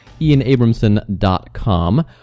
ianabramson.com